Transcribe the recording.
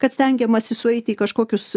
kad stengiamasi sueiti į kažkokius